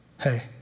hey